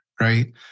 right